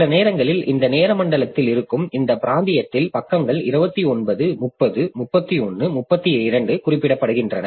சில நேரங்களில் இந்த நேர மண்டலத்தில் இருக்கும் இந்த பிராந்தியத்தில் பக்கங்கள் 29 30 31 32 குறிப்பிடப்படுகின்றன